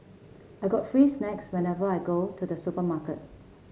I get free snacks whenever I go to the supermarket